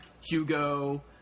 Hugo